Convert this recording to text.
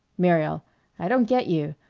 muriel i don't get you.